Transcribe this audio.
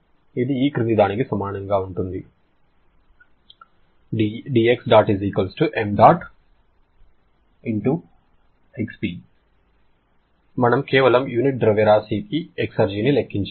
ఇది ఈ క్రింది దానికి సమానంగా ఉంటుంది మనము కేవలం యూనిట్ ద్రవ్యరాశికి ఎక్సర్జీని లెక్కించాము